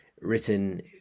written